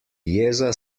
jeza